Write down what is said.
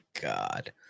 god